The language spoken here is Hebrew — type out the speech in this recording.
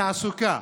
התעסוקה,